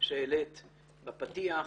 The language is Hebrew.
שהעלית בפתיח,